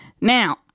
Now